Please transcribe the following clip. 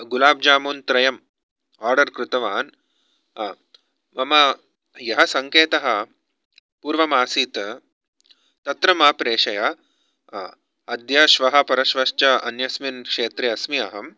गुलाब्जामुन् त्रयं आर्डर् कृतवान् मम यः सङ्केत पूर्वमासीत् तत्र मा प्रेषय अद्य श्वः परश्वश्च अन्यस्मिन् क्षेत्रे अस्मि अहं